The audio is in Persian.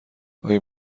آیا